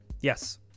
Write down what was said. Yes